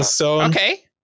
okay